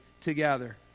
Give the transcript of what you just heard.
together